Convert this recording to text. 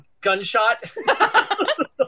Gunshot